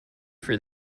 for